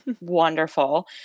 wonderful